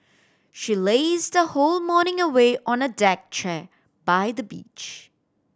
she lazed her whole morning away on a deck chair by the beach